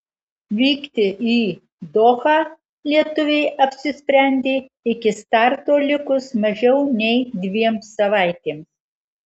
vykti į dohą lietuvė apsisprendė iki starto likus mažiau nei dviem savaitėms